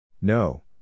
No